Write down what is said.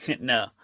No